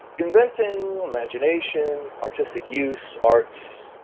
inventing, imagination, artistic use, arts.